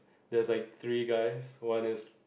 there's like three guys one is